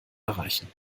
erreichen